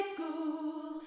School